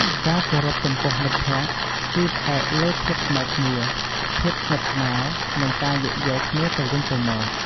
ការគោរពចំពោះមិត្តភក្តិ គឺផ្អែកលើភាពស្មើគ្នា ភាពស្និទ្ធស្នាល និងការយោគយល់គ្នាទៅវិញទៅមក។